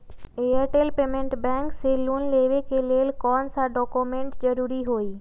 Airtel payments bank से loan लेवे के ले कौन कौन डॉक्यूमेंट जरुरी होइ?